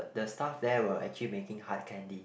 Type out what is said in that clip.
the staff there were actually making hard candy